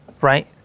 Right